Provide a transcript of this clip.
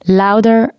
louder